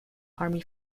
army